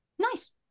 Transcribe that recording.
nice